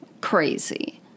crazy